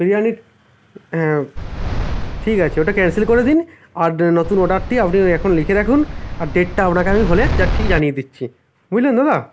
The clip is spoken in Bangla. বিরিয়ানি হ্যাঁ ঠিক আছে ওটা ক্যানসেল করে দিন আর নতুন অর্ডারটি আপনি ওই এখন লিখে রাখুন আর ডেটটা আপনাকে আমি হলে ঠিক জানিয়ে দিচ্ছি বুঝলেন দাদা